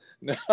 No